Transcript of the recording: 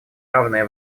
равное